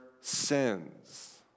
sins